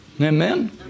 Amen